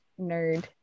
nerd